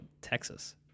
Texas